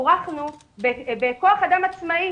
בורכנו בכוח אדם עצמאי.